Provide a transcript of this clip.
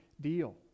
deal